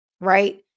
right